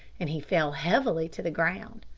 and he fell heavily to the ground.